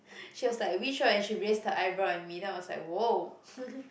she was like which one and she raised her eyebrow at me then I was like !whoa!